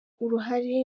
uruhare